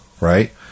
Right